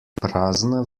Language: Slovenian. prazna